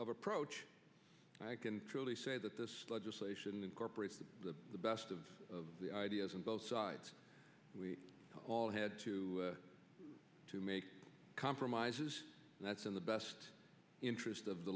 of approach i can truly say that this legislation incorporates the best of the ideas and both sides we all had to to make compromises and that's in the best interest of the